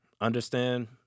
Understand